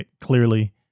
Clearly